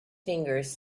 fingers